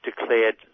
declared